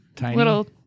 little